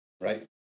right